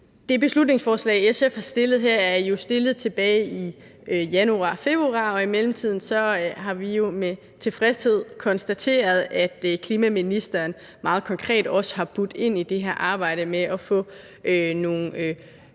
Det beslutningsforslag, SF har fremsat her, er jo fremsat tilbage i januar-februar, og i mellemtiden har vi jo med tilfredshed konstateret, at klima- energi- og forsyningsministeren meget konkret også har budt ind i det her arbejde med at få nogle